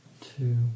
Two